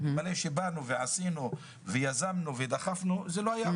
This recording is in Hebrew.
גם כשבאנו, יזמנו ודחפנו זה לא היה.